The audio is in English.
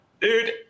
Dude